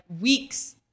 weeks